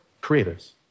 creators